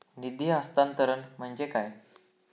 निधी हस्तांतरण म्हणजे काय?